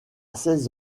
seize